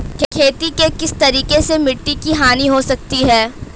खेती के किस तरीके से मिट्टी की हानि हो सकती है?